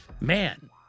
man